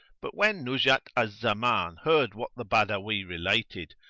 but when nuzhat al-zaman heard what the badawi related,